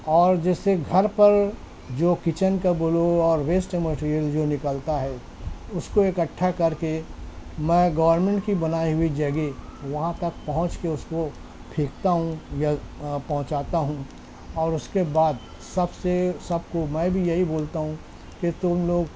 اور جس سے گھر پر جو کچن کا بولو اور ویسٹ مٹیریل جو نکلتا ہے اس کو اکھٹا کر کے میں گورمنٹ کی بنائی ہوئی جگہ وہاں تک پہنچ کے اس کو پھینکھتا ہوں یا پہنچاتا ہوں اور اس کے بعد سب سے سب کو میں بھی یہی بولتا ہوں کہ تم لوگ